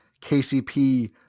KCP